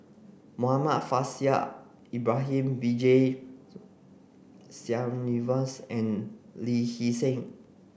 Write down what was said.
Muhammad Faishal Ibrahim B J Sreenivasan and Lee Hee Seng